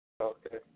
Okay